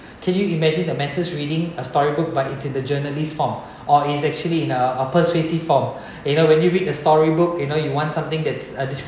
can you imagine the masses reading a story book but it's in the journalist form or it's actually in a a persuasive form you know when you read a storybook you know you want something that's a descriptive